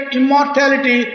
immortality